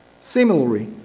Similarly